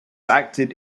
acted